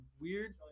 Weird